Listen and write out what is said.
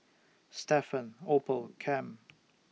Stephan Opal Cam